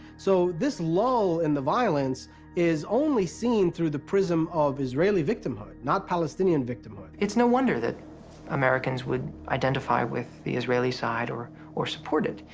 so this lull in the violence is only seen through the prism of israeli victimhood, not palestinian victimhood. itis no wonder that americans would identify with the israeli side or or support it.